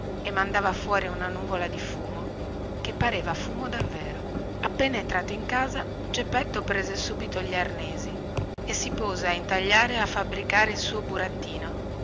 e mandava fuori una nuvola di fumo che pareva fumo davvero appena entrato in casa geppetto prese subito gli arnesi e si pose a intagliare e a fabbricare il suo burattino